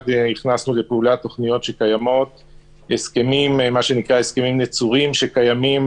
הכנסנו לפעולה תוכניות שקיימות והסכמים נצורים שקיימים,